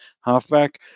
halfback